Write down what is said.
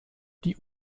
die